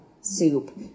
soup